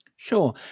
Sure